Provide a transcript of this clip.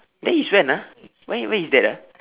that is when ah when when is that ah